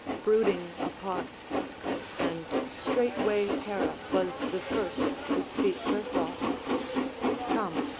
brooding apart and straightway hera was the first to speak her thought come,